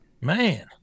man